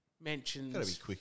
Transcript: mentions